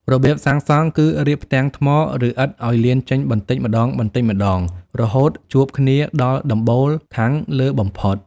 របៀបសាងសង់គឺរៀបផ្ទាំងថ្ម ឬឥដ្ឋឱ្យលៀនចេញបន្តិចម្តងៗរហូតជួបគ្នាដល់ដំបូលខាងលើបំផុត។